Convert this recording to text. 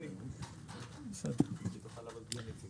זה 150 ימים.